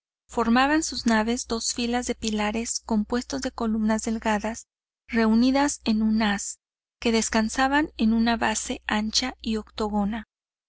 formaban sus naves dos filas de pilares compuestos de columnas delgadas reunidas en un haz que descansaban en una base ancha y